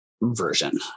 version